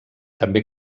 també